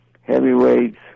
heavyweights